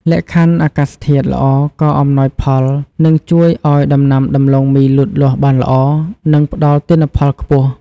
លក្ខខណ្ឌអាកាសធាតុល្អក៏អំណោយផលនិងជួយឱ្យដំណាំដំឡូងមីលូតលាស់បានល្អ និងផ្តល់ទិន្នផលខ្ពស់។